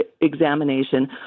examination